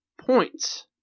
points